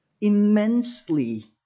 immensely